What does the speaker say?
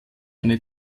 eine